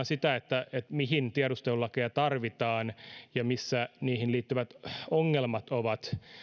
sitä mihin tiedustelulakeja tarvitaan ja missä niihin liittyvät ongelmat ovat